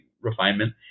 refinement